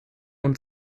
und